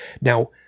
Now